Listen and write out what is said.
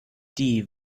die